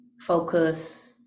focus